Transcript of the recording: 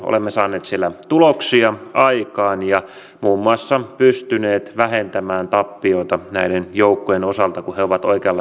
olemme saaneet siellä tuloksia aikaan ja muun muassa pystyneet vähentämään tappioita näiden joukkojen osalta kun he ovat oikeanlaista sotilaskoulutusta saaneet